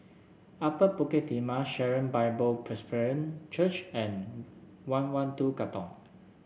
Upper Bukit Timah Sharon Bible Presbyterian Church and one one two Katong